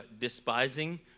despising